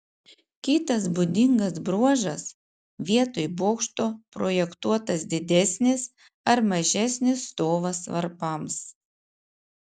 kitas būdingas bruožas vietoj bokšto projektuotas didesnis ar mažesnis stovas varpams